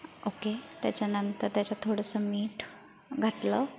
okay त्याच्यानंतर त्याच्यात थोडंसं मीठ घातलं